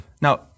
Now